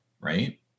right